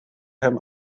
hem